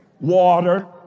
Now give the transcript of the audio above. water